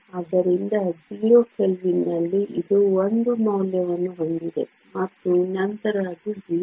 ಆದ್ದರಿಂದ 0 ಕೆಲ್ವಿನ್ ನಲ್ಲಿ ಇದು 1 ಮೌಲ್ಯವನ್ನು ಹೊಂದಿದೆ ಮತ್ತು ನಂತರ ಅದು 0